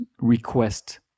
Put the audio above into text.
request